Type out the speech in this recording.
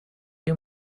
you